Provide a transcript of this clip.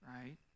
right